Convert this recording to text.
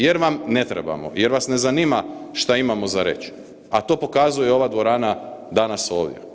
Jer vam ne trebamo, jer vas ne zanima što imamo za reći, a to pokazuje i ova dvorana danas ovdje.